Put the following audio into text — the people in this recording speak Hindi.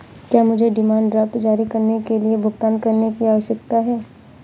क्या मुझे डिमांड ड्राफ्ट जारी करने के लिए भुगतान करने की आवश्यकता है?